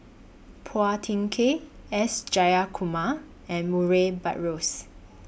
Phua Thin Kiay S Jayakumar and Murray Buttrose